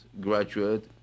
graduate